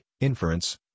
Inference